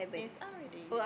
and it's up already